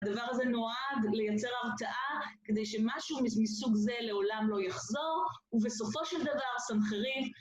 הדבר הזה נועד לייצר הרתעה כדי שמשהו מסוג זה לעולם לא יחזור. ובסופו של דבר, סנחריב